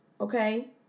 Okay